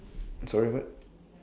sorry what